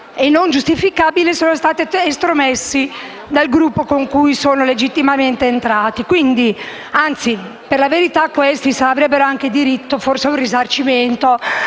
e non giustificabile, sono state estromesse dal Gruppo con cui sono legittimamente entrate. Per la verità, questi avrebbero anche diritto a un risarcimento,